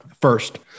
first